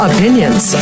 Opinions